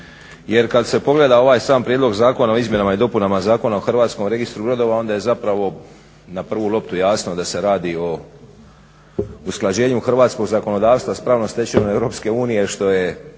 jer kad se pogleda ovaj sam prijedlog zakona o izmjenama i dopunama Zakona o Hrvatskom registru brodova onda je zapravo na prvu loptu jasno da se radi o usklađenju hrvatskog zakonodavstva s pravnom stečevinom Europske unije što je